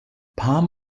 palm